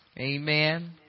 Amen